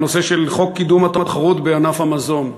הנושא של חוק קידום התחרות בענף המזון.